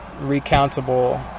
recountable